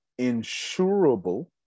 insurable